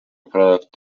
product